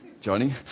johnny